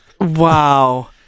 wow